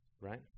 Right